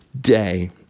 day